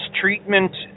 treatment